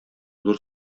зур